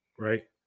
Right